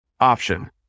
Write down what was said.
option